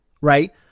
Right